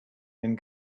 den